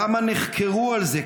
כמה נחקרו על זה,